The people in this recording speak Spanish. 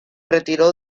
retiró